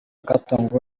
katongo